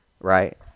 right